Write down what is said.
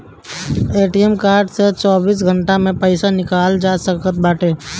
ATM card से चौबीसों घंटा पईसा निकालल जा सकत बाटे